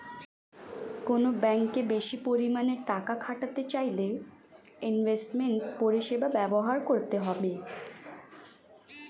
কোনো ব্যাঙ্কে বেশি পরিমাণে টাকা খাটাতে চাইলে ইনভেস্টমেন্ট পরিষেবা ব্যবহার করতে হবে